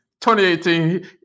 2018